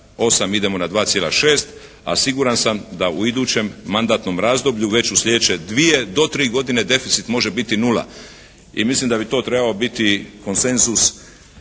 2,8 idemo na 2,6 a siguran sam da u idućem mandatnom razdoblju, već u sljedeće dvije do tri godine, deficit može biti nula. I mislim da bi to trebao biti konsenzus